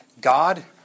God